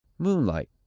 moonlight,